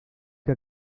que